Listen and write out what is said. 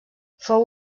fou